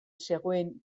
zegoen